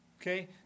Okay